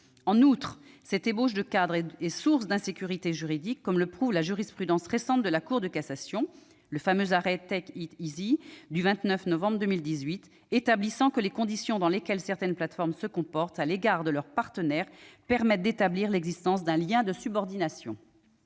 En outre, cette ébauche de cadre est source d'insécurité juridique, comme le prouve la jurisprudence récente de la Cour de cassation- le fameux arrêt du 29 novembre 2018 -établissant que les conditions dans lesquelles certaines plateformes se comportent à l'égard de leurs « partenaires » permettent d'établir l'existence d'un lien de subordination.